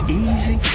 easy